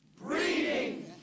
Breeding